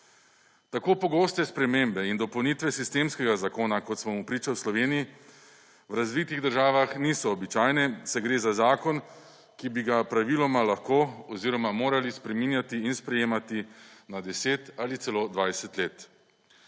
Tako pogoste spremembe in dopolnitve sistemskega zakona kot smo mu priča v Sloveniji v razvitih državah niso običajne, saj gre za zakon, ki bi ga praviloma lahko oziroma morali spreminjati in sprejemati na 10 ali celo 20 let